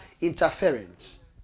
interference